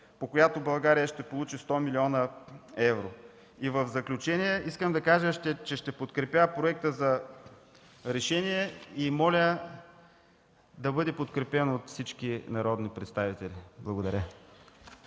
по която България ще получи 100 млн. евро? В заключение искам да кажа, че ще подкрепя проекта за решение и моля да бъде подкрепен от всички народни представители. Благодаря.